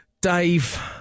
Dave